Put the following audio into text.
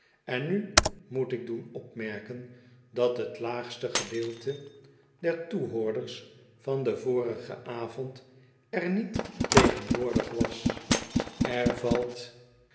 en nu moet ik doen opmerken dat t laagste deel der toehoorders van den vorigen avond er niet tegenwoordig was er valt